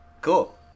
Cool